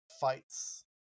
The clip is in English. fights